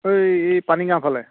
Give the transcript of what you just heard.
এই এই পানীগাঁওফালে